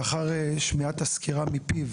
לאחר שמיעת הסקירה מפיו